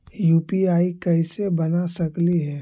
UPI कैसे बना सकली हे?